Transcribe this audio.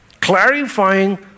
Clarifying